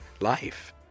life